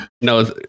No